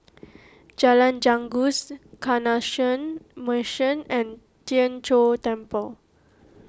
Jalan Janggus Canossian Mission and Tien Chor Temple